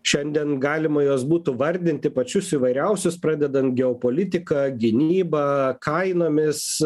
šiandien galima juos būtų vardinti pačius įvairiausius pradedant geopolitika gynyba kainomis